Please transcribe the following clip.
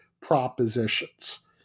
propositions